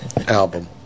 album